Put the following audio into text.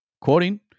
Quoting